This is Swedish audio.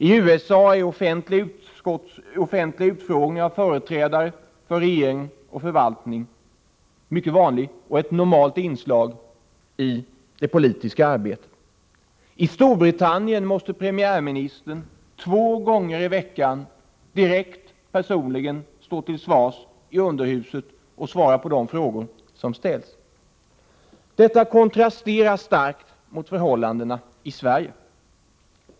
I USA är offentliga utfrågningar av företrädare för regering och förvaltning mycket vanliga och utgör ett normalt inslag i det politiska arbetet. I Storbritannien måste premiärministern två gånger i veckan direkt och personligen stå till svars i underhuset. Detta kontrasterar starkt mot förhållandena i Sverige.